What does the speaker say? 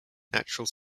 natural